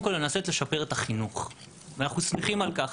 כל לנסות לשפר את החינוך ואנחנו שמחים על כך,